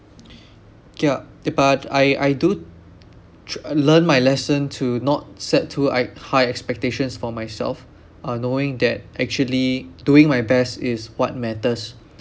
K ah uh but I I do I learn my lesson to not set to like high expectations for myself uh knowing that actually doing my best is what matters